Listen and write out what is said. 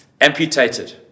amputated